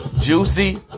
Juicy